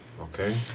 okay